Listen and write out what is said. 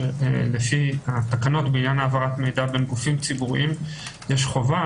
לפי התקנות בעניין העברת מידע בין גופים ציבוריים יש חובה